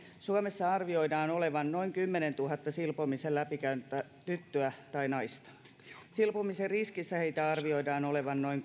suomessa arvioidaan olevan noin kymmenentuhannen silpomisen läpikäynyttä tyttöä tai naista silpomisen riskissä heitä arvioidaan olevan noin